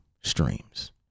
streams